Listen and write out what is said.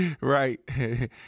right